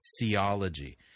theology